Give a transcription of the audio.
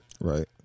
right